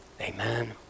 Amen